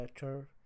better